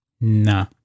Nah